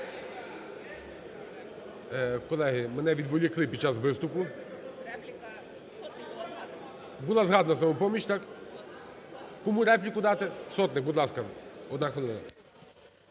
Колеги, мене відволікли під час виступу. Була згадана "Самопоміч", так? Кому репліку дати? Сотник, будь ласка,